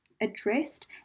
addressed